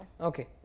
Okay